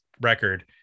record